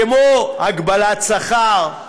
כמו הגבלת שכר,